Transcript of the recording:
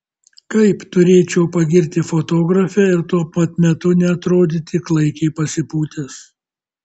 kaip turėčiau pagirti fotografę ir tuo pat metu neatrodyti klaikiai pasipūtęs